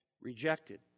Rejected